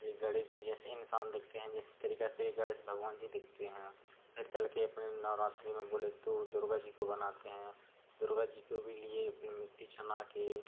एक गणेश जी जैसे इन्सान दिखते हैं जिस तरीक़े से एक गणेश भगवान जी दिखते हैं फिर चलकर अपने नवरात्रि में बोले तो दुर्गा जी को बनाते हैं तो दुर्गा जी को भी लिए फिर मिट्टी छनाकर